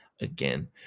again